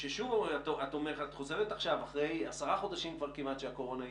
ששוב את חוזרת עכשיו אחרי עשרה חודשים כבר כמעט שהקורונה איתנו,